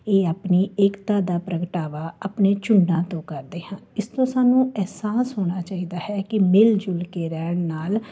ਇਹ ਆਪਣੀ ਏਕਤਾ ਦਾ ਪ੍ਰਗਟਾਵਾ ਆਪਣੇ ਝੁੰਡਾਂ ਤੋਂ ਕਰਦੇ ਹਨ ਇਸ ਤੋਂ ਸਾਨੂੰ ਅਹਿਸਾਸ ਹੋਣਾ ਚਾਹੀਦਾ ਹੈ ਕਿ ਮਿਲ ਜੁਲ ਕੇ ਰਹਿਣ ਨਾਲ